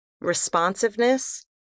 Responsiveness